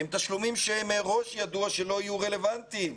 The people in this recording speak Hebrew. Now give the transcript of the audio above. הם תשלומים שמראש ידוע שלא יהיו רלוונטיים.